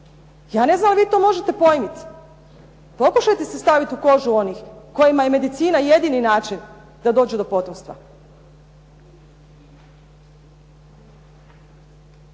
Ja ne znam možete li vi to pojmiti. Pokušate se staviti u kožu onih kojima je medicina jedni način da dođu do potomstva.